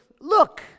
Look